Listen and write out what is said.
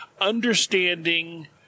understanding